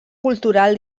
cultural